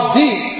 deep